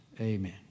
Amen